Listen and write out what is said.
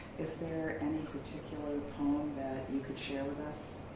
is there any particular poem that you could share with us?